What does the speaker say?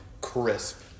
crisp